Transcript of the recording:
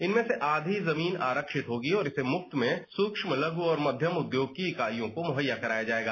इनमें से आधी जमीन आरक्षित होगी और इसे मुफ्त में सूक्ष्म लघु और मध्यम उद्योग की इकाइयों को मुहैया कराया जायेगा